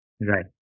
right